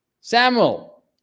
Samuel